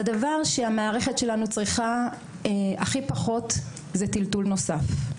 הדבר שהמערכת שלנו הכי פחות צריכה, זה טלטול נוסף.